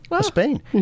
spain